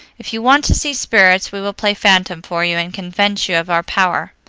if you want to see spirits we will play phantom for you, and convince you of our power.